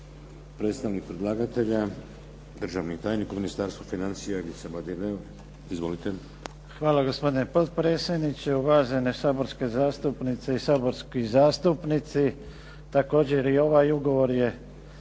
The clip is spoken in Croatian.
Predstavnik predlagatelja, državni tajnik u Ministarstvu financija Ivica Mladineo. Izvolite. **Mladineo, Ivica** Hvala gospodine potpredsjedniče, uvažene saborske zastupnice i saborski zastupnici. Također i ovaj ugovor je